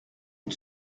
une